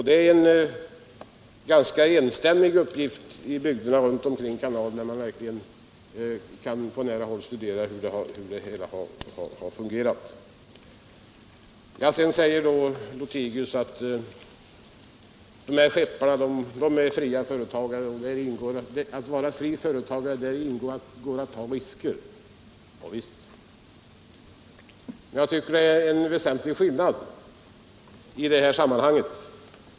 Det är en enstämmig uppfattning i bygderna kring kanalen, där man verkligen på nära håll kan studera hur det hela har fungerat. Herr Lothigius anför vidare att dessa skeppare är fria företagare och att i fri företagsamhet ingår att ta risker. Javisst, men jag tycker det finns en väsentlig skillnad i detta sammanhang.